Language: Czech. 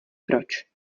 proč